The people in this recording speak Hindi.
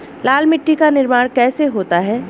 लाल मिट्टी का निर्माण कैसे होता है?